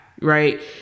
Right